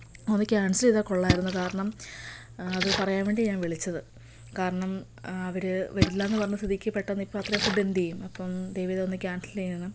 ഒന്ന് കാൻസൽ ചെയ്താൽ കൊള്ളാമായിരുന്നു കാരണം അത് പറയാൻ വേണ്ടിയാ ഞാൻ വിളിച്ചത് കാരണം അവർ വരില്ലായെന്ന് പറഞ്ഞ സ്ഥിതിക്ക് പെട്ടെന്ന് ഇപ്പോൾ അത്രയും ഫുഡ് എന്ത് ചെയ്യും അപ്പം ദയവ് ചെയ്തൊന്ന് കാൻസൽ ചെയ്യണം